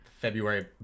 February